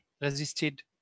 resisted